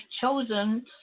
chosen